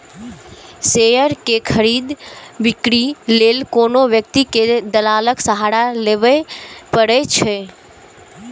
share के खरीद, बिक्री लेल कोनो व्यक्ति कें दलालक सहारा लेबैए पड़ै छै